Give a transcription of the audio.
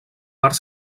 part